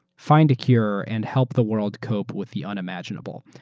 find a cure, and help the world cope with the unimaginable.